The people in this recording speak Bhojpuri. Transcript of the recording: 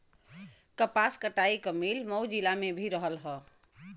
कपास कटाई क मिल मऊ जिला में भी रहल